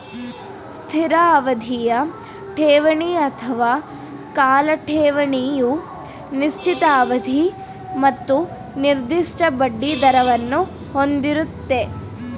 ಸ್ಥಿರ ಅವಧಿಯ ಠೇವಣಿ ಅಥವಾ ಕಾಲ ಠೇವಣಿಯು ನಿಶ್ಚಿತ ಅವಧಿ ಮತ್ತು ನಿರ್ದಿಷ್ಟ ಬಡ್ಡಿದರವನ್ನು ಹೊಂದಿರುತ್ತೆ